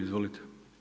Izvolite.